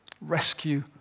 rescue